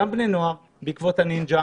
גם בני נוער בעקבות הנינג'ה,